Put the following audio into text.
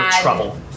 trouble